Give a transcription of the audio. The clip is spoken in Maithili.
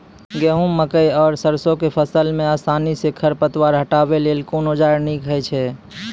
गेहूँ, मकई आर सरसो के फसल मे आसानी सॅ खर पतवार हटावै लेल कून औजार नीक है छै?